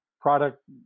product